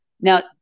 Now